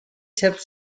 tipped